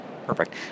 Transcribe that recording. Perfect